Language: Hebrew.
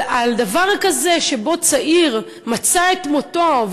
אבל על דבר כזה שבו צעיר מצא את מותו,